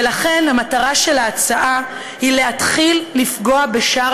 ולכן המטרה של ההצעה היא להתחיל לפגוע בשער